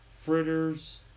fritters